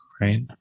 right